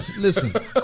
listen